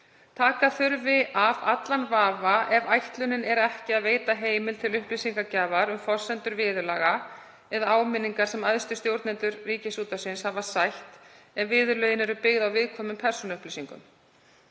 Taka þurfi af allan vafa ef ætlunin er ekki að veita heimild til upplýsingagjafar um forsendur viðurlaga eða áminningar sem æðstu stjórnendur Ríkisútvarpsins hafi sætt ef viðurlögin eru byggð á viðkvæmum persónuupplýsingum.